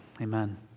Amen